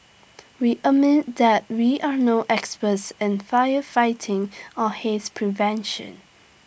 we admit that we are no experts in firefighting or haze prevention